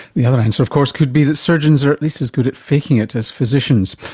the other answer of course could be that surgeons are at least as good at faking it as physicians.